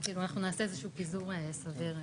אנחנו נעשה איזשהו פיזור סביר.